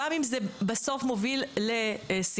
גם אם זה בסוף מוביל לסיגריות,